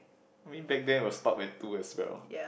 I mean back then was stop at two as well